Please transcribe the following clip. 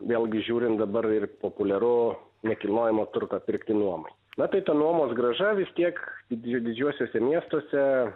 vėlgi žiūrint dabar ir populiaru nekilnojamą turtą pirkti nuomai na tai ta nuomos grąža vis tiek didžiuosiuose miestuose